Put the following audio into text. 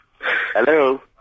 hello